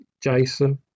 Jason